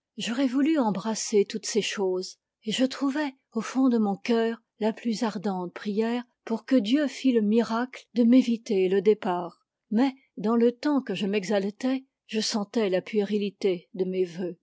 j'aurais voulu embrasser toutes ces choses et je trouvai au fond de mon cœur la plus ardente prière pour que dieu fît le miracle de m'éviter le départ mais dans le temps que je m'exaltais je sentais la puérilité de mes vœux